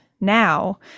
now